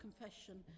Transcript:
confession